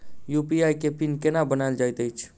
UPI केँ PIN केना बनायल जाइत अछि